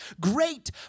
Great